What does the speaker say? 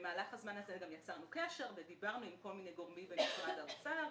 במהלך הזמן הזה גם יצרנו קשר ודיברנו עם כל מיני גורמים במשרד האוצר.